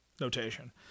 notation